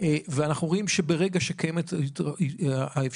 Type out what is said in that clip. ואנחנו רואים שברגע שקיימת האפשרות,